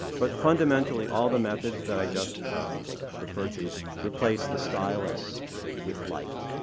but fundamentally, all the methods that i just referred to replaced the stylus with light.